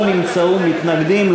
לא נמצאו מתנגדים,